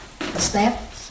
step